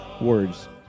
words